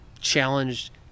challenged